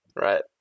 Right